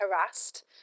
harassed